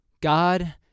God